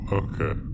okay